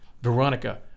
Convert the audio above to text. Veronica